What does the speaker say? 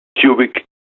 cubic